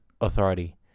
Authority